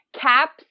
Cap's